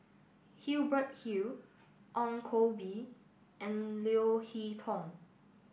Hubert Hill Ong Koh Bee and Leo Hee Tong